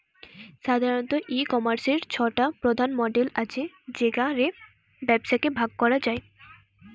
সাধারণত, ই কমার্সের ছটা প্রধান মডেল আছে যেগা রে ব্যবসাকে ভাগ করা যায়